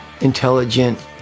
intelligent